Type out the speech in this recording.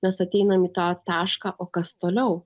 mes ateinam į tą tašką o kas toliau